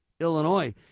Illinois